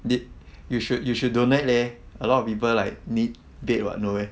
did you should you should donate leh a lot of people like need bed [what] no meh